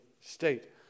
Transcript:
state